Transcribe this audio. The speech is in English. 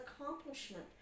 accomplishment